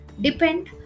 depend